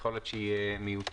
יכול להיות שהיא מיותרת.